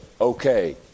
okay